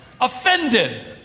offended